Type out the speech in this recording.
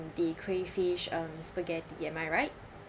the crayfish uh spaghetti am I right